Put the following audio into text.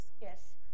Yes